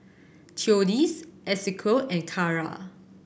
Theodis Esequiel and Carra